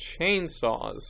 chainsaws